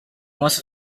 most